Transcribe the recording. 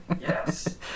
Yes